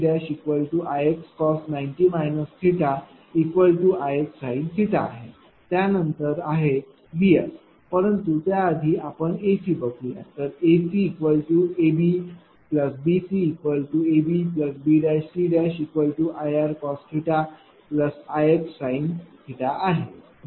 BC B'C' Ix cos Ix sin आहे त्यानंतर आहे VSपरंतु त्या आधी आपण AC बघूया तर ACABBCABB'C' Ir cos Ix sin आहे